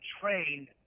trained